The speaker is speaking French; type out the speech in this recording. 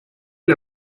est